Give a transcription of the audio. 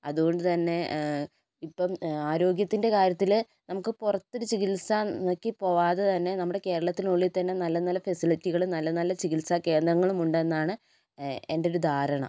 അതുകൊണ്ട് തന്നെ ഇപ്പം ആരോഗ്യത്തിൻ്റെ കാര്യത്തിൽ പുറത്ത് ഒരു ചികിത്സയ്ക്ക് പോവാതെ തന്നെ നമ്മുടെ കേരളത്തിനുള്ളിൽ തന്നെ നല്ല നല്ല ഫെസിലിറ്റികളും നല്ല നല്ല ചികിത്സ കേന്ദ്രങ്ങളും ഉണ്ടെന്നാണ് എൻ്റെ ഒരു ധാരണ